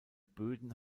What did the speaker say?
böden